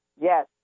Yes